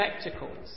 spectacles